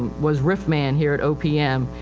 was rif man here at opm.